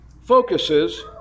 focuses